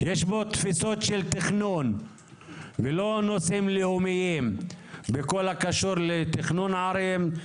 יש פה תפיסות של תכנון ולא נושאים לאומיים בכל הקשור לתכנון ערים,